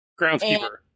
Groundskeeper